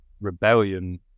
rebellion